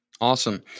awesome